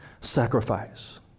sacrifice